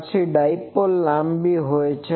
પછી ડાઇપોલ લાંબી હોય છે